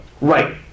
Right